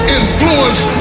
influence